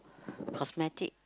cosmetic